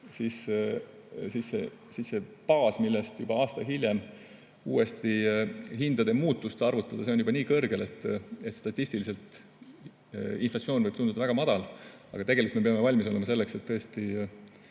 on see baas, millest aasta hiljem uuesti hindade muutust arvutada, juba nii kõrgel, et statistiliselt võib inflatsioon tunduda väga madal, aga tegelikult me peame valmis olema selleks, et